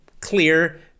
clear